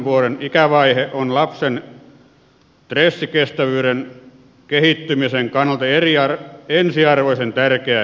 vuoden ikävaihe on lapsen stressikestävyyden kehittymisen kannalta ensiarvoisen tärkeä kehitysvaihe